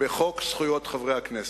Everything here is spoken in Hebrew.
אדוני השר, בחוק זכויות חברי הכנסת,